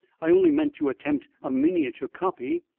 i only meant to attempt a miniature copy,